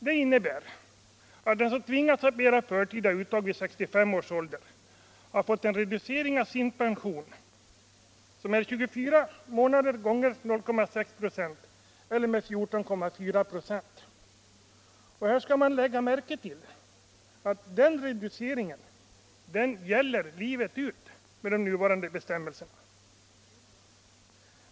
Det innebär att den som tvingats att begära förtida uttag vid 65 års ålder har fått en reducering av sin pension under 24 månader med 0,6 "», dvs. 24 Xx 0,6 "ov eller med 14,4 "+. Här skall man lägga märke till att den reduceringen gäller livet ut enligt nuvarande bestämmelser.